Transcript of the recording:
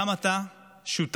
גם אתה שותף